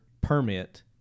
permit